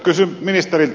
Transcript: kysyn ministeriltä